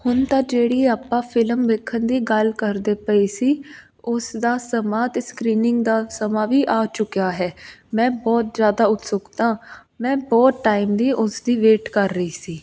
ਹੁਣ ਤਾਂ ਜਿਹੜੀ ਆਪਾਂ ਫਿਲਮ ਵੇਖਣ ਦੀ ਗੱਲ ਕਰਦੇ ਪਏ ਸੀ ਉਸ ਦਾ ਸਮਾਂ ਅਤੇ ਸਕਰੀਨਿੰਗ ਦਾ ਸਮਾਂ ਵੀ ਆ ਚੁੱਕਿਆ ਹੈ ਮੈਂ ਬਹੁਤ ਜ਼ਿਆਦਾ ਉਤਸੁਕ ਹਾਂ ਮੈਂ ਬਹੁਤ ਟਾਈਮ ਦੀ ਉਸਦੀ ਵੇਟ ਕਰ ਰਹੀ ਸੀ